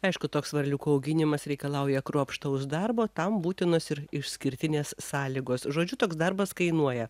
aišku toks varliukų auginimas reikalauja kruopštaus darbo tam būtinos ir išskirtinės sąlygos žodžiu toks darbas kainuoja